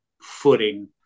footing